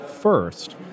first